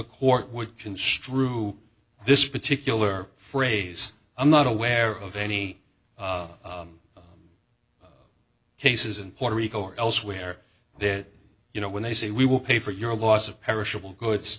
court would construe this particular phrase i'm not aware of any cases in puerto rico or elsewhere that you know when they say we will pay for your loss of perishable goods